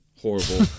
Horrible